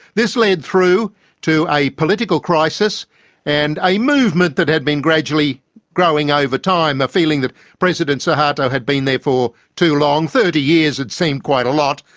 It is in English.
this led through to a political crisis and a movement that had been gradually growing over time, a feeling that president suharto had been there for too long, thirty years, it seemed quite a lot,